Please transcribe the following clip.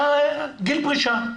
בגיל פרישה.